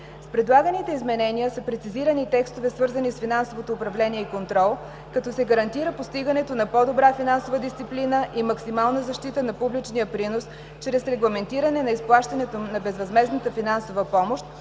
предлаганите изменения са прецизирани текстове, свързани с финансовото управление и контрол, като се гарантира постигането на по-добра финансова дисциплина и максимална защита на публичния принос чрез регламентиране на изплащането на безвъзмездната финансова помощ,